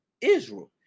Israel